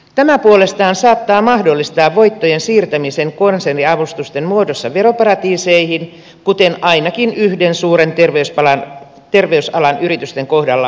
tämä puolestaan saattaa mahdollistaa voittojen siirtämisen konserniavustusten muodossa veroparatiiseihin kuten ainakin yhden suuren terveysalan yrityksen kohdalla on käynyt